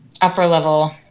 upper-level